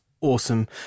awesome